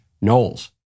Knowles